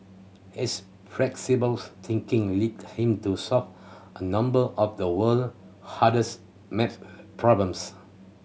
his flexible thinking led him to solve a number of the world's hardest maths problems